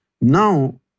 Now